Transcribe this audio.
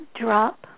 drop